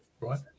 right